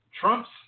Trump's